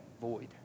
void